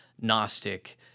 Gnostic